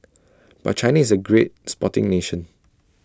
but China is A great sporting nation